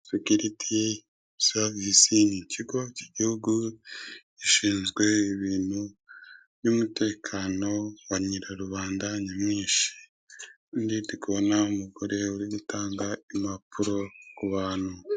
Sekiriti savisi ni ikigo k'igihugu gishinzwe ibintu by'umutekano wa nyirarubanda nyamwinshi nge ndi kubona umugore uru gutanga impapuro ku bantu.